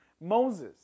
Moses